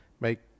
make